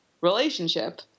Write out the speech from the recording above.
relationship